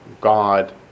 God